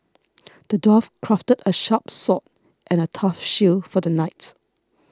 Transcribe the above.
the dwarf crafted a sharp sword and a tough shield for the knight